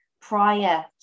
prior